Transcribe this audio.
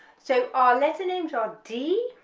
so our letter names are d,